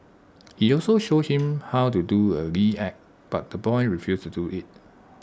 he also showed him how to do A lewd act but the boy refused to do IT